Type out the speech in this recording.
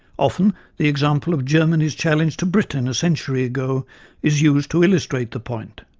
often the example of germany's challenge to britain a century ago is used to illustrate the point,